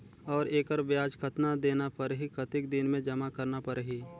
और एकर ब्याज कतना देना परही कतेक दिन मे जमा करना परही??